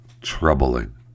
troubling